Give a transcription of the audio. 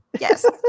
Yes